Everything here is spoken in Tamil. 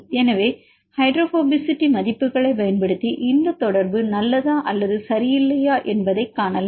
எனவே ஹைட்ரோபோபசிட்டி மதிப்புகளைப் பயன்படுத்தி இது தொடர்பு நல்லதா அல்லது சரியில்லையா என்பதைக் காணலாம்